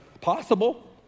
possible